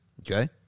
Okay